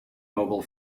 mobile